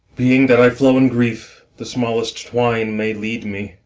being that i flow in grief, the smallest twine may lead me.